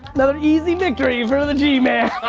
another easy victory for the